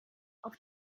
auf